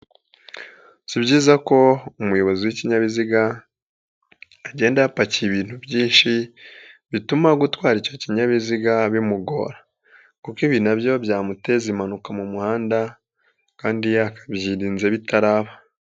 Si byiza ko umuyobozi w'ikinyabiziga agenda yapakiye ibintu byinshi bituma gutwara icyo kinyabiziga bimugora kuko ibi na byo byamuteza impanuka mu muhanda kandi yakabyirinze bitaraba.